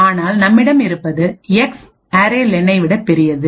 ஆனால் நம்மிடம் இருப்பது எக்ஸ் அரே லெனைarray len விட பெரியது